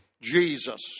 Jesus